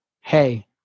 Hey